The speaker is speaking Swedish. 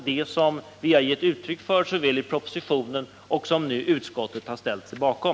Detta har vi givit uttryck för i propositionen, och det har utskottet nu ställt sig bakom.